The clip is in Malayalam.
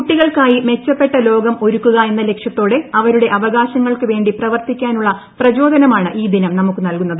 കുട്ടികൾക്കായി മെച്ചപ്പെട്ട ലോകം ഒരുക്കുക എന്ന ലക്ഷ്യത്തോടെ അവരുടെ അവകാശങ്ങൾക്കു വേണ്ടി പ്രവർത്തിക്കാനുള്ള പ്രചോദനമാണ് ഈ ദിനം നമുക്ക് നൽകുന്നത്